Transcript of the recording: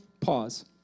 Pause